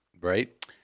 right